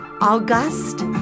august